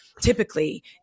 typically